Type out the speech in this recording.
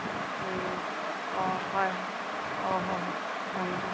ꯎꯝ ꯑꯣ ꯍꯣꯏ ꯍꯣꯏ ꯑꯣ ꯍꯣ ꯍꯣ ꯊꯝꯃꯦ ꯊꯝꯃꯦ